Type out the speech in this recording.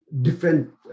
different